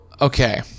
Okay